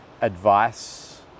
advice